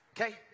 Okay